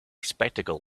spectacle